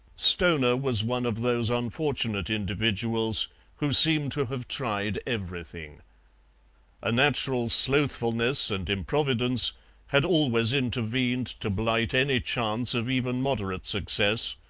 stoner was one of those unfortunate individuals who seem to have tried everything a natural slothfulness and improvidence had always intervened to blight any chance of even moderate success,